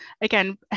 again